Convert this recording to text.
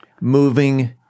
moving